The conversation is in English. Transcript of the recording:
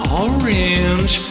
orange